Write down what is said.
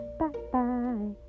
bye-bye